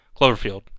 Cloverfield